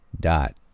dot